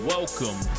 Welcome